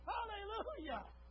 Hallelujah